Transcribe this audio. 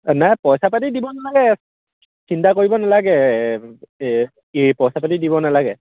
নাই পইচা পাতি দিব নালাগে চিন্তা কৰিব নালাগে এই পইচা পাতি দিব নালাগে